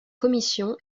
commission